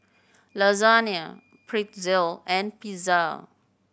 Lasagne Pretzel and Pizza